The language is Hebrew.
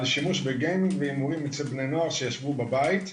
על שימוש בהימורים מצד בני נוער שישבו בבית.